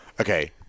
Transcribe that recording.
Okay